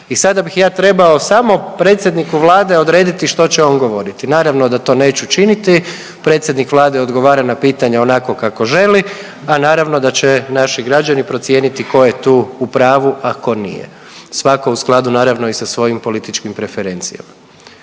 i sada bih ja trebao samo predsjedniku Vlade odrediti što će on govoriti. Naravno da to neću činiti, predsjednik Vlade odgovara na pitanje onako kako želi, a naravno da će naši građani procijeniti ko je tu u pravu, a ko nije, svako u skladu naravno i sa svojim političkim preferencijama.